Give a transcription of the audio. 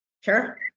Sure